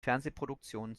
fernsehproduktionen